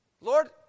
Lord